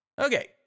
Okay